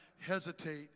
hesitate